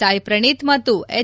ಸಾಯ್ ಪ್ರಣೀತ್ ಮತ್ತು ಎಚ್